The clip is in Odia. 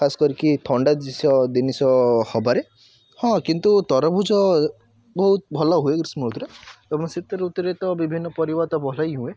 ଖାସ୍ କରି କି ଥଣ୍ଡା ଜିଷ ଜିନିଷ ହେବାରେ ହଁ କିନ୍ତୁ ତରଭୁଜ ବହୁତ ଭଲ ହୁଏ ଗ୍ରୀଷ୍ମ ଋତୁରେ ଏବଂ ଶୀତ ଋତୁରେ ତ ବିଭିନ୍ନ ପରିବା ତ ଭଲ ହିଁ ହୁଏ